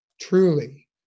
truly